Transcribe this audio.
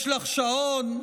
יש לךְ שעון.